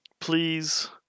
Please